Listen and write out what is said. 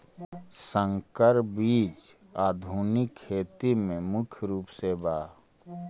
संकर बीज आधुनिक खेती में मुख्य रूप से बा